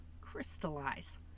crystallize